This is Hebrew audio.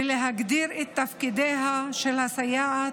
ולהגדיר את תפקידיה של הסייעת.